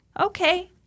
okay